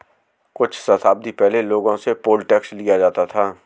कुछ शताब्दी पहले लोगों से पोल टैक्स लिया जाता था